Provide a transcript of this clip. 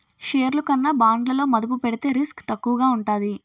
షేర్లు కన్నా బాండ్లలో మదుపు పెడితే రిస్క్ తక్కువగా ఉంటాది